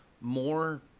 More